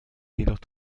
jedoch